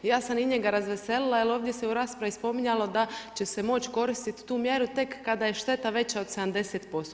Ja sam i njega razveselila jer ovdje se u raspravi spominjalo da će se moći koristiti tu mjeru tek kada je šteta veća od 70%